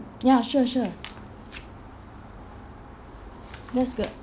ya sure sure that's good